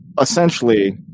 essentially